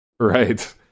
Right